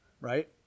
right